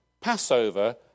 Passover